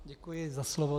Děkuji za slovo.